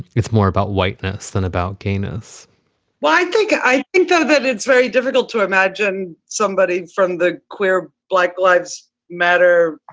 it's more about whiteness than about gayness well, i think i think that it's very difficult to imagine somebody from the queer black lives matter